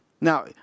Now